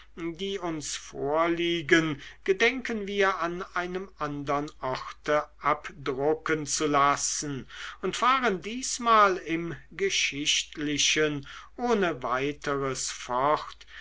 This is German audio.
die uns vorliegen gedenken wir an einem andern orte abdrucken zu lassen und fahren diesmal im geschichtlichen ohne weiteres fort